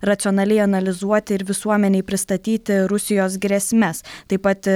racionaliai analizuoti ir visuomenei pristatyti rusijos grėsmes taip pat